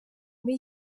muri